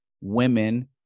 women